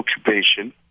occupation